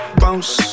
bounce